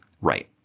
right